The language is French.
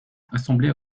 assemblée